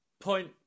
point